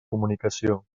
comunicació